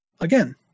again